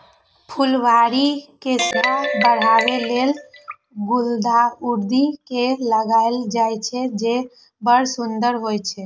फुलबाड़ी के शोभा बढ़ाबै लेल गुलदाउदी के लगायल जाइ छै, जे बड़ सुंदर होइ छै